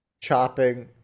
chopping